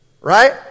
right